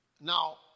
Now